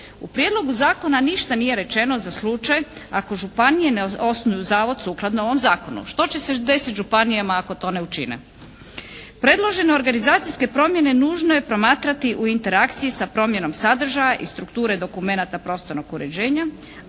U prijedlogu zakona ništa nije rečeno za slučaj ako županije ne osnuju zavod sukladno ovom zakonu. Što će se desiti županijama ako to ne učine? Predložene organizacijske promjene nužno je promatrati u interakciji sa promjenom sadržaja i strukture dokumenata prostornog uređenja